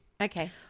Okay